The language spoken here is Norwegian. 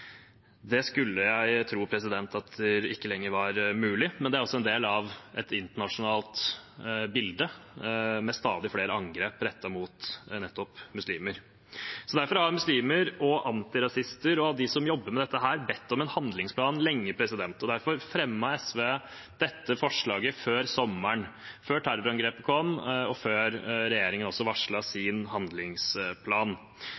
Det skulle jeg tro at ikke lenger var mulig, men det er altså en del av et internasjonalt bilde med stadig flere angrep rettet mot nettopp muslimer. Derfor har muslimer, antirasister og de som jobber med dette, bedt om en handlingsplan lenge, og derfor fremmet SV dette forslaget før sommeren – før terrorangrepet kom, og før regjeringen